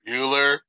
Bueller